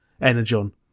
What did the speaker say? Energon